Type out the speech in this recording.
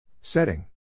Setting